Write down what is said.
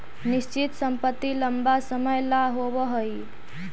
निश्चित संपत्ति लंबा समय ला होवऽ हइ